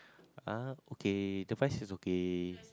uh okay the fries is okay